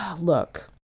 look